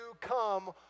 come